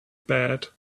bad